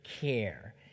care